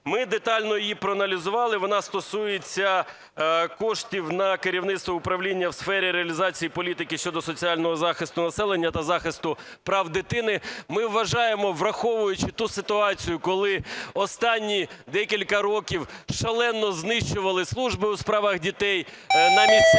Ми детально її проаналізували, вона стосується коштів на керівництво та управління у сфері реалізації політики щодо соціального захисту населення та захисту прав дитини. Ми вважаємо, враховуючи ту ситуацію, коли останні декілька років шалено знищували служби у справах дітей на місцях,